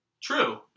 True